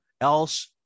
else